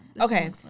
Okay